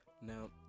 Now